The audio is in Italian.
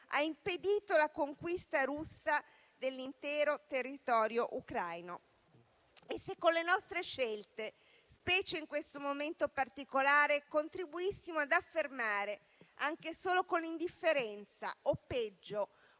hanno impedito la conquista russa dell'intero territorio ucraino. Se con le nostre scelte, specie in questo momento particolare, contribuissimo ad affermare, anche solo con l'indifferenza, o peggio,